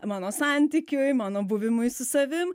mano santykiui mano buvimui su savim